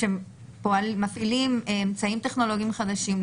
כשמפעילים אמצעים טכנולוגיים חדשים,